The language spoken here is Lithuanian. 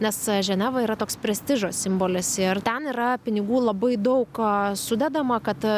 nes ženeva yra toks prestižo simbolis ir ten yra pinigų labai daug sudedama kad